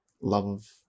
love